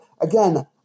again